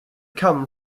come